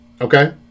Okay